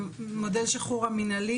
בדצמבר 2018 היה השחרור המינהלי